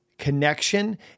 Connection